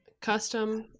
Custom